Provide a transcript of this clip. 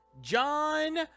John